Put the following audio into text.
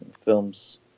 films